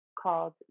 called